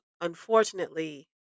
unfortunately